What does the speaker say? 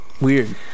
weird